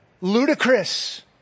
ludicrous